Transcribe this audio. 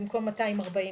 במקום 240,